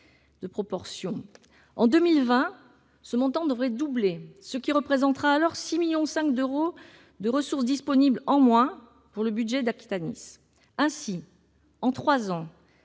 de grandeur. En 2020, ce montant devrait doubler, ce qui représentera alors 6,5 millions d'euros de ressources disponibles en moins dans le budget d'Aquitanis. Ainsi, en trois ans,